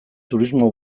turismo